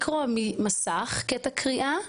לקרוא ממסך קטע קריאה,